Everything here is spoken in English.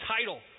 title